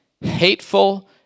hateful